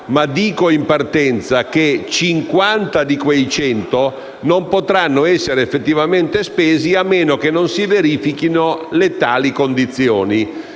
si dice in partenza che 50 di quei 100 non potranno essere effettivamente spesi, a meno che non si verifichino determinate condizioni.